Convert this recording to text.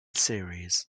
series